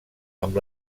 amb